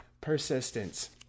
persistence